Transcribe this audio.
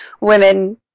women